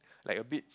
like a bit